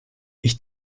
ich